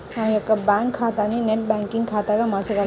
నా యొక్క బ్యాంకు ఖాతాని నెట్ బ్యాంకింగ్ ఖాతాగా మార్చగలరా?